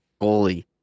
goalie